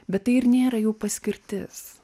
bet tai ir nėra jų paskirtis